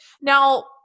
Now